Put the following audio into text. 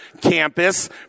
campus